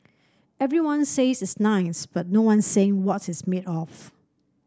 everyone says it's nice but no one's saying what it's made of